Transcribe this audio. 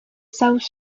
south